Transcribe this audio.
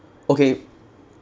okay